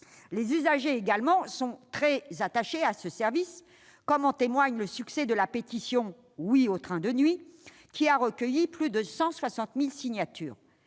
Les usagers sont eux aussi très attachés à ce service, comme en témoigne le succès de la pétition « Oui au train de nuit !», qui a recueilli plus de 160 000 signatures.